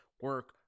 Work